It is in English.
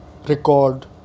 record